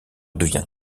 devient